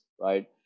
right